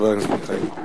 חבר הכנסת מיכאלי.